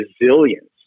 resilience